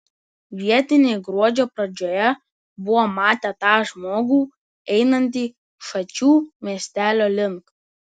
vietiniai gruodžio pradžioje buvo matę tą žmogų einantį šačių miestelio link